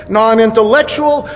non-intellectual